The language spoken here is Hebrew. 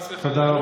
חס וחלילה,